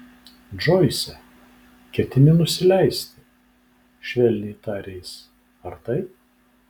džoise ketini nusileisti švelniai tarė jis ar taip